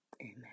amen